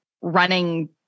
running